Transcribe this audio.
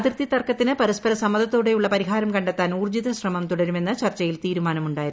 അതിർത്തി തർക്കത്തിന് പരസ്പര സമ്മതത്തോടെയുള്ള പരിഹാരം കണ്ടെത്താൻ ഊർജ്ജിത ശ്രമം തുടരുമെന്ന് ചർച്ചയിൽ തീരുമാനമുണ്ടായിരുന്നു